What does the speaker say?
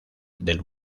del